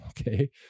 Okay